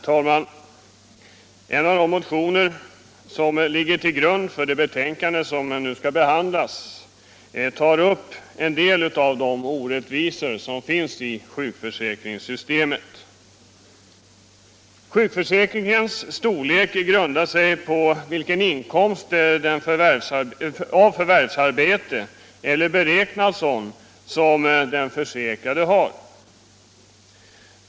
Herr talman! En av de motioner som ligger till grund för det betänkande som nu behandlas tar upp en del av de orättvisor som finns i sjukförsäkringssystemet. Sjukförsäkringens storlek grundar sig på vilken inkomst av förvärvsarbete eller beräknad sådan som den försäkrade har.